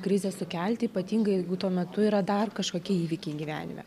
krizę sukelti ypatingai jeigu tuo metu yra dar kažkokie įvykiai gyvenime